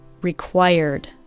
required